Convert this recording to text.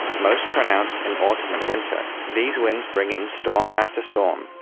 most pronounced in autumn and winter, these winds bring in storm after storm,